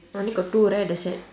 only got two right that side